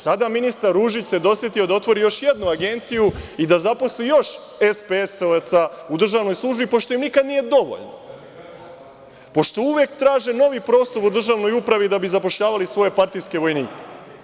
Sada se ministar Ružić dosetio da otvori još jednu agenciju i da zaposli još SPS-ovaca u državnoj službi, pošto im nikada nije dovoljno, pošto uvek traže novi prostor u državnoj upravi da bi zapošljavali svoje partijske vojnike.